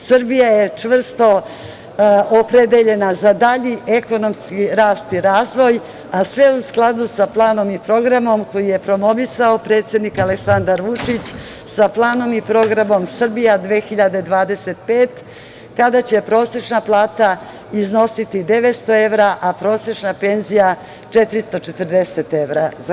Srbija je čvrsto opredeljena za dalji ekonomski rast i razvoj, a sve u skladu sa planom i programom koji je promovisao predsednik Aleksandar Vučić, sa planom i programom „Srbija 2025“, kada će prosečna plata iznositi 900 evra, a prosečna penzija 440 evra.